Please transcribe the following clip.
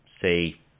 say